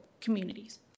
communities